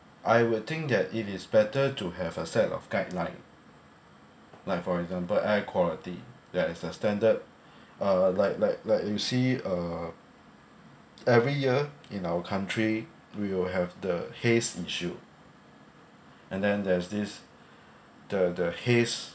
I would think that it is better to have a set of guideline like for example air quality there is the standard uh like like like you see uh every year in our country will have the haze issue and then there's this the the haze